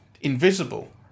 invisible